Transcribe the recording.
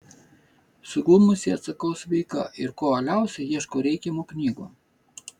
suglumusi atsakau sveika ir kuo uoliausiai ieškau reikiamų knygų